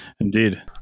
Indeed